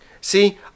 See